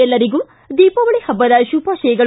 ಎಲ್ಲರಿಗೂ ದೀಪಾವಳಿ ಹಬ್ಬದ ಶುಭಾಶಯಗಳು